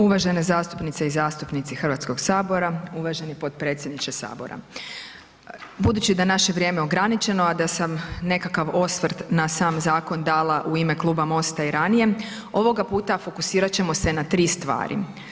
Uvažene zastupnice i zastupnici Hrvatskog sabora, uvaženi potpredsjedniče sabora, budući da je naše vrijeme ograničeno, a da sam nekakav osvrt na sam zakon dala u ime Kluba MOST-a i ranije ovoga puta fokusirat ćemo se na tri stvari.